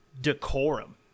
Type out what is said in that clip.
decorum